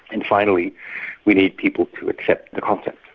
and finally we need people to accept the concept.